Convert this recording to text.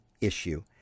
issue